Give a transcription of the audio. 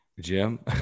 Jim